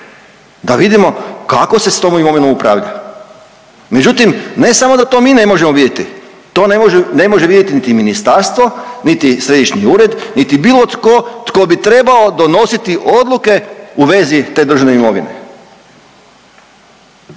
Da vidimo kako se s tom imovinom upravlja. Međutim, ne samo da to mi ne možemo vidjeti, to ne može, ne može vidjeti niti ministarstvo niti središnji ured niti bilo tko tko bi trebao donositi odluke u vezi te državne imovine.